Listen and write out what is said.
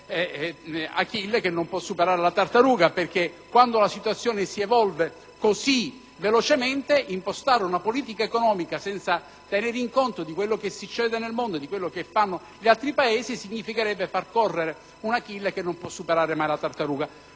di Achille che non può superare la tartaruga. Infatti, quando la situazione si evolve così velocemente, impostare una politica economica senza tenere conto di quanto succede nel mondo e negli altri Paesi equivarrebbe a far correre un Achille che non può superare mai la tartaruga.